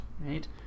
right